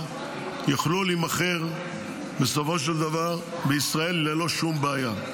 יוכלו להימכר בסופו של דבר בישראל ללא שום בעיה.